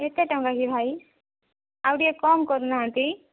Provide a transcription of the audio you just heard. ଏତେ ଟଙ୍କା କି ଭାଇ ଆଉ ଟିକିଏ କମ କରୁନାହାନ୍ତି